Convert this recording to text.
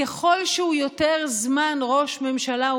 ככל שהוא יותר זמן ראש ממשלה,